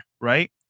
right